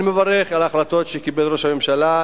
אני מברך על ההחלטות שקיבל ראש הממשלה,